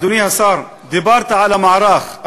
אדוני השר, דיברת על המערך.